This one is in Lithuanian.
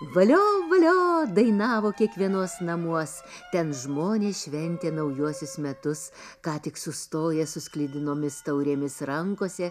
valio valio dainavo kiekvienuos namuos ten žmonės šventė naujuosius metus ką tik sustoję su sklidinomis taurėmis rankose